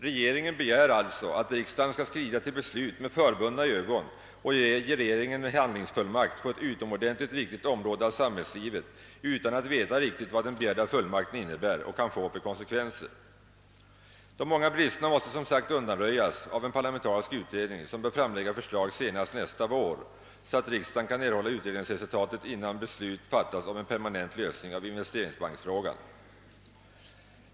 Regeringen begär alltså att riksdagen skall skrida till beslut med förbundna ögon och ge regeringen handlingsfullmakt på ett utomordentligt viktigt område av samhällslivet, utan att veta riktigt vad den begärda fullmakten innebär och kan få för konsekvenser. De många bristerna måste, som sagt, undanröjas av en parlamentarisk utredning, som bör framlägga förslag senast nästa vår, så att riksdagen kan erhålla utredningsresultatet innan beslut fattas om en permanent lösning av investeringsbankfrågan.